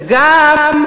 וגם,